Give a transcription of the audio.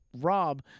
rob